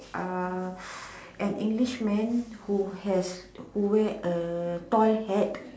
uh an English man who has who wear a toy hat